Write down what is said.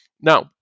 Now